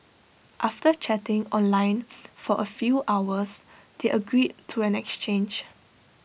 after chatting online for A few hours they agreed to an exchange